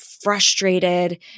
frustrated